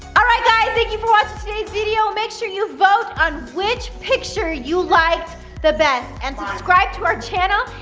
um right guys, thank you for watching today's video make sure you vote on which picture you liked the best. and subscribe to our channel.